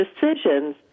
decisions